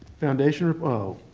foundation oh.